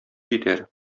җитәр